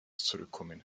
zurückkommen